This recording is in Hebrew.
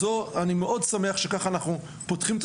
אני מאוד שמח שככה אנחנו פותחים את